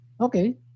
Okay